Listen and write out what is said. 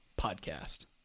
Podcast